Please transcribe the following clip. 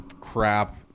crap